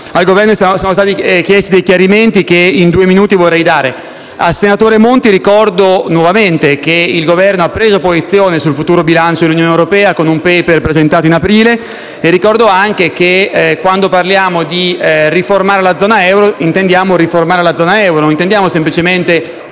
al Governo sono stati chiesti dei chiarimenti che vorrei brevemente fornire. Al senatore Monti vorrei ricordare nuovamente che il Governo ha preso posizione sul futuro bilancio dell'Unione europea con un *paper* presentato in aprile e ricordo anche che quando parliamo di riformare la zona euro non intendiamo semplicemente